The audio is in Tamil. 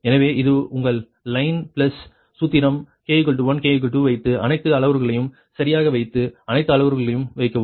எனவே இது உங்கள் லைன் பிளவுஸ் சூத்திரம் k 1 k 2 வைத்து அனைத்து அளவுருக்களையும் சரியாக வைத்து அனைத்து அளவுருக்களையும் வைக்கவும்